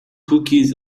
cookies